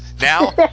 Now